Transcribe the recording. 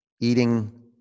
Eating